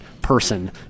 person